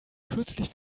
kürzlich